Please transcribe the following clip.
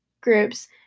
groups